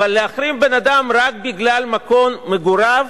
אבל להחרים בן-אדם רק בגלל מקום מגוריו?